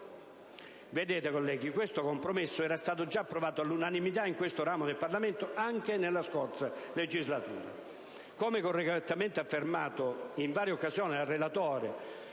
salute. Colleghi, questo compromesso era stato già approvato all'unanimità in questo ramo del Parlamento anche nella scorsa legislatura. Come correttamente affermato in varie occasioni dal relatore,